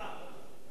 לאט לך, לאט לך.